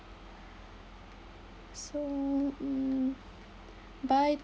so mm by